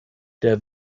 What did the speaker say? der